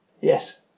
yes